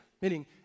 meaning